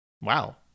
Wow